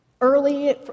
Early